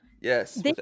Yes